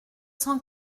cent